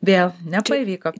vėl nepavyko